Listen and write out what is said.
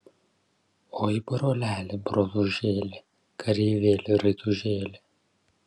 oi broleli brolužėli kareivėli raitužėli